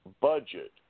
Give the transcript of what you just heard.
budget